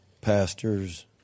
pastors